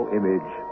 image